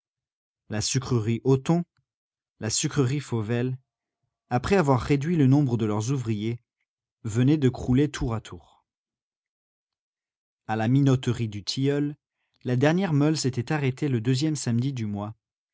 la sucrerie hoton la sucrerie fauvelle après avoir réduit le nombre de leurs ouvriers venaient de crouler tour à tour a la minoterie dutilleul la dernière meule s'était arrêtée le deuxième samedi du mois